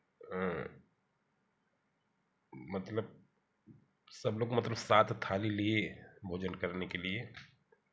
मतलब सब लोग मतलब साथ थाली लिए भोजन करने के लिए